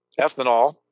ethanol